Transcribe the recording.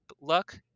luck